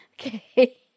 Okay